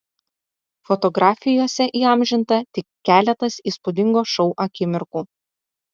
fotografijose įamžinta tik keletas įspūdingo šou akimirkų